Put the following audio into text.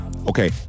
okay